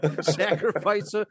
Sacrifice